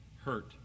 hurt